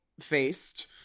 faced